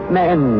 men